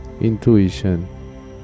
intuition